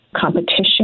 competition